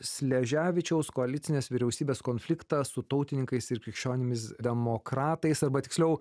sleževičiaus koalicinės vyriausybės konfliktą su tautininkais ir krikščionimis demokratais arba tiksliau